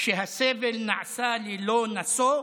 / כשהסבל נעשה ללא נשוא,